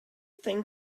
think